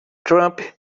trump